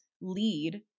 lead